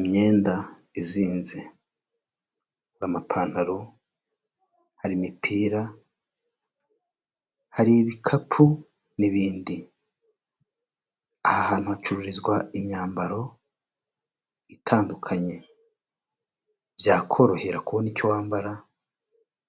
Imyenda izinze, amapantaro, hari imipira, hari ibikapu n'ibindi, aha hantu hacururizwa imyambaro itandukanye, byakorohera kubona icyo wambara,